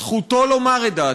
זכותו לומר את דעתו.